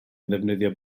ddefnyddio